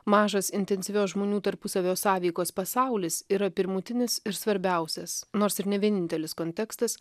mažas intensyvios žmonių tarpusavio sąveikos pasaulis yra pirmutinis ir svarbiausias nors ir ne vienintelis kontekstas